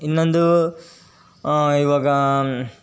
ಇನ್ನೊಂದು ಇವಾಗ